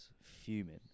Fuming